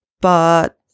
but-